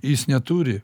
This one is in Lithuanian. jis neturi